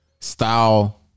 style